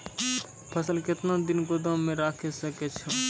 फसल केतना दिन गोदाम मे राखै सकै छौ?